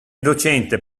docente